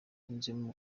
yunzemo